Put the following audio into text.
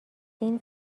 این